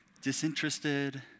disinterested